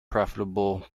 profitable